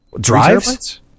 drives